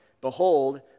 Behold